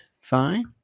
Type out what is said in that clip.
Fine